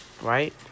right